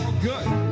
Good